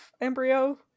embryo